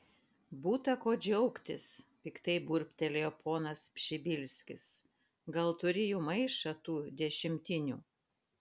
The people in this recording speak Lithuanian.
būta ko džiaugtis piktai burbtelėjo ponas pšibilskis gal turi jų maišą tų dešimtinių